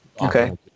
Okay